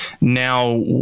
now